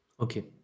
Okay